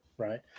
right